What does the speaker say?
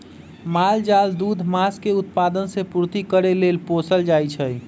माल जाल दूध, मास के उत्पादन से पूर्ति करे लेल पोसल जाइ छइ